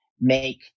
make